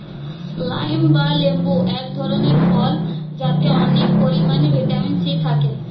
lime বা লেবু এক ধরনের ফল যাতে অনেক পরিমাণে ভিটামিন সি থাকে